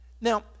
Now